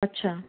अच्छा